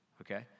Okay